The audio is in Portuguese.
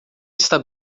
está